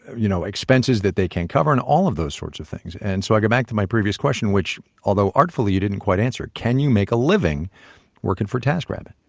you know expenses that they can't cover and all of those sorts of things. and so i go back to my previous question, which although artfully you didn't quite answer can you make a living working for taskrabbit?